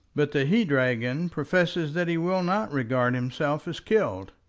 but the he-dragon professes that he will not regard himself as killed.